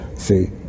See